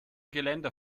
geländer